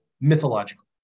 mythological